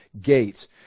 gates